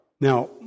Now